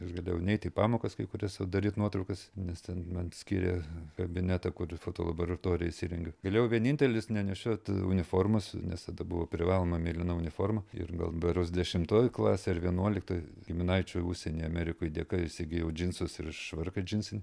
aš galėjau neiti į pamokas kai kurias o daryt nuotraukas nes ten man skyrė kabinetą kur fotolaboratoriją įsirengiau galėjau vienintelis nenešiot uniformos nes tada buvo privaloma mėlyna uniforma ir gal berods dešimtoj klasėj ar vienuoliktoj giminaičių užsienyje amerikoj dėka įsigijau džinsus ir švarką džinsinį